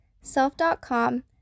Self.com